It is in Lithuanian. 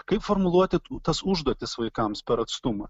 kaip formuluoti tų tas užduotis vaikams per atstumą